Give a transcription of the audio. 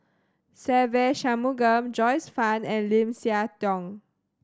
Se Ve Shanmugam Joyce Fan and Lim Siah Tong